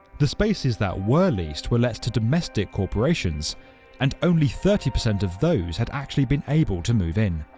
the spaces that were leased were let to domestic corporations and only thirty percent of those had actually been able to move in.